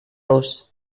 los